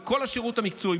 וכל השירות המקצועי,